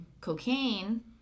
cocaine